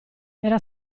era